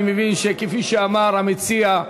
אני מבין שכפי שאמר המציע,